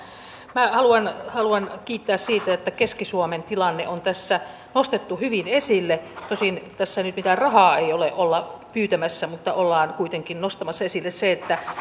minä haluan haluan kiittää siitä että keski suomen tilanne on tässä nostettu hyvin esille tosin tässä nyt mitään rahaa ei olla pyytämässä mutta ollaan kuitenkin nostamassa esille se että